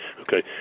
Okay